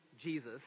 Jesus